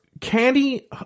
Candy